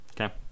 Okay